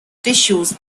tissues